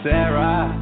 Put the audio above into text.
Sarah